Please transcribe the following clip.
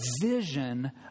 vision